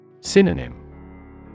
Synonym